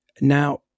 Now